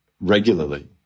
regularly